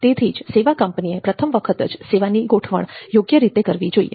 તેથી જ સેવા કંપનીએ પ્રથમ વખત જ સેવાની ગોઠવણ યોગ્ય રીતે કરવી જોઈએ